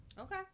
Okay